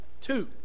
Two